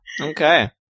Okay